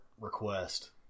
request